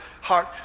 heart